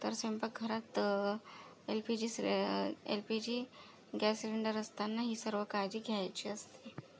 तर स्वयंपाक घरात एल पी जी सिले L P G gas cylinder असताना ही सर्व काळजी घ्यायची असते